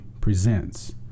presents